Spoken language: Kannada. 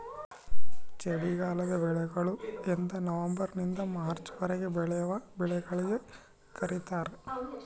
ಚಳಿಗಾಲದ ಬೆಳೆಗಳು ಎಂದನವಂಬರ್ ನಿಂದ ಮಾರ್ಚ್ ವರೆಗೆ ಬೆಳೆವ ಬೆಳೆಗಳಿಗೆ ಕರೀತಾರ